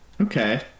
Okay